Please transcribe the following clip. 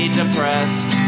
depressed